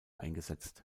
eingesetzt